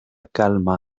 calma